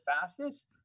fastest